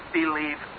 believe